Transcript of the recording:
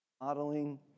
modeling